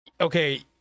okay